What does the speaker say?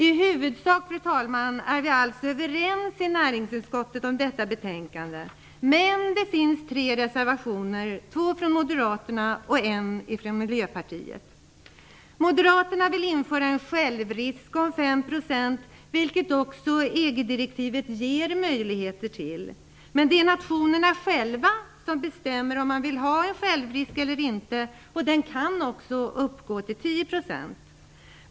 I huvudsak är vi alltså överens i näringsutskottet om detta betänkande. Det finns dock tre reservationer, två från moderaterna och en från Miljöpartiet. Moderaterna vill införa en självrisk om 5 %, vilket också EG-direktivet ger möjligheter till. Men det är nationerna själva som bestämmer om man vill ha en självrisk eller inte, och den kan också uppgå till 10 %.